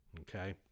okay